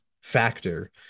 factor